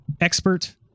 expert